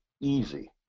easy